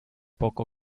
poco